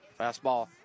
Fastball